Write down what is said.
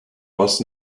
bus